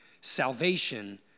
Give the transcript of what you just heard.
Salvation